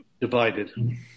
Divided